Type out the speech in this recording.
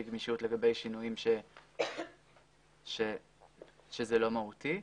גמישות לגבי שינויים שזה לא מהותי.